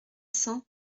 cents